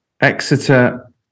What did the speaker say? Exeter